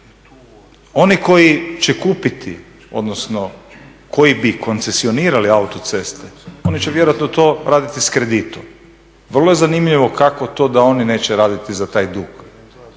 oni koji će kupiti, odnosno koji bi koncesionirali autoceste oni će vjerojatno to raditi s kreditom. Vrlo je zanimljivo kako to da oni neće raditi za taj dug.